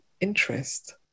interest